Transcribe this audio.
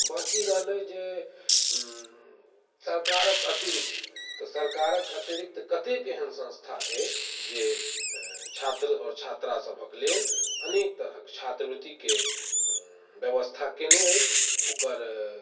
बाकी रहलै जे सरकारक अतिरिक्त तऽ सरकारक अतिरिक्त कतेक एहन सन्स्था अइ जे छात्र आओर छात्रा सभक लेल अनेक तरहक छात्रवृत्तिकेँ ब्यबस्था कयने अछि ओकर